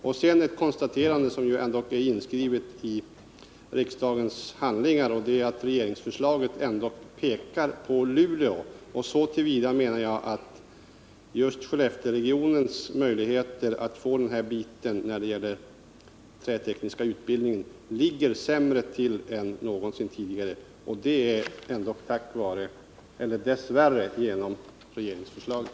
Regeringsförslaget, som finns inskrivet i riksdagens handlingar, pekar på Luleå som utbildningsort. Jag menar därför att Skellefteåregionens möjligheter att få den trätekniska utbildningen ligger sämre till än någonsin tidigare, och det dess värre genom regeringsförslaget.